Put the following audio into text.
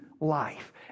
life